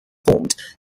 prompted